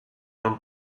non